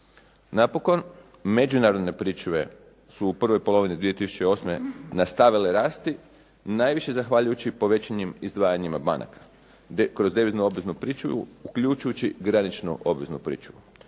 Napokon, međunarodne pričuve su u prvoj polovini 2008. nastavile rasti, najviše zahvaljujući povećanim izdvajanjima banaka. Kroz deviznu obveznu pričuvu uključujući graničnu obveznu pričuvu.